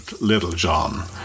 Littlejohn